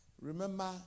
remember